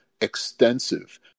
extensive